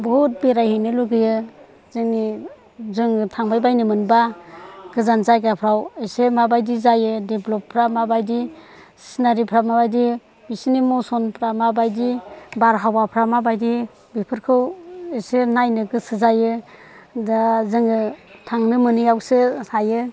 बहुत बेरायहैनो लुगैयो जोंनि जोङो थांबाय बायनो मोनबा गोजान जायगाफोराव एसे माबायदि जायो डेभल'प माबायदि सिनारिफ्रा माबायदि बिसोरनि मश'नफ्रा माबायदि बारहावाफ्रा माबायदि बेफोरखौ एसे नायनो गोसो जायो दा जोङो थांनो मोनैयावसो थायो